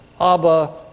Abba